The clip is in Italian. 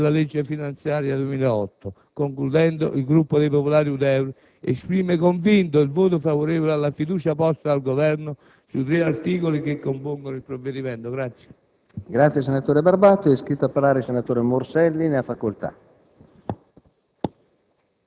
contenute nella legge finanziaria 2008. Concludendo, il Gruppo dei Popolari-Udeur esprime convinto il proprio voto favorevole alla fiducia posta dal Governo sui tre articoli che compongono il provvedimento.